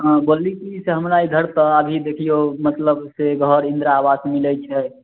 हँ बोलली की से हमरा इधर तबाही देखिऔ मतलब से घर इन्द्रा आवास मिलैत छै